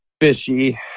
fishy